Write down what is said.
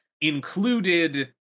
included